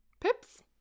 Pips